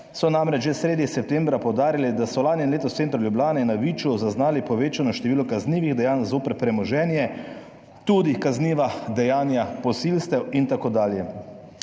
so namreč že sredi septembra poudarili, da so lani in letos v centru Ljubljane na Viču zaznali povečano število kaznivih dejanj zoper premoženje, tudi kazniva dejanja posilstev itd. Zdaj